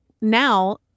now